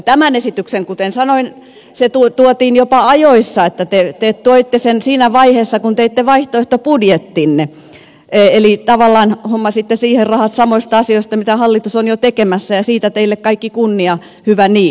tämä esitys kuten sanoin tuotiin jopa ajoissa te toitte sen siinä vaiheessa kun teitte vaihtoehtobudjettinne eli tavallaan hommasitte siihen rahat samoista asioista mitä hallitus on jo tekemässä ja siitä teille kaikki kunnia hyvä niin